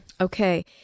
Okay